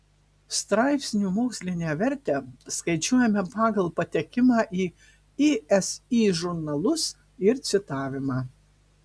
straipsnių mokslinę vertę skaičiuojame pagal patekimą į isi žurnalus ir citavimą